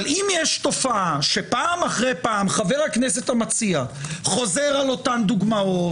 אבל אם יש תופעה שפעם אחר פעם חבר הכנסת המציע על אותן דוגמאות,